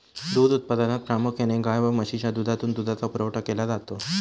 दूध उत्पादनात प्रामुख्याने गाय व म्हशीच्या दुधातून दुधाचा पुरवठा केला जातो